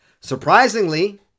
Surprisingly